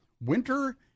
winter